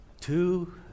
Two